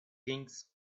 kings